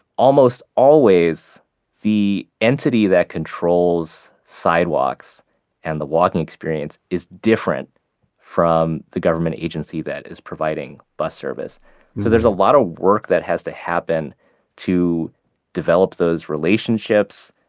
almost always the entity that controls sidewalks and the walking experience is different from the government agency that is providing bus service. so there's a lot of work that has to happen to develop those relationships,